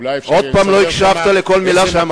אולי, עוד פעם לא הקשבת למלה שאמרתי.